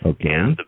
Okay